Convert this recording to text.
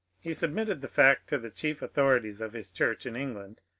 he submitted the fact to the chief authorities of his church in england,